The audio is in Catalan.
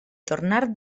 tornar